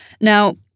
Now